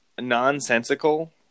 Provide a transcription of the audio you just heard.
nonsensical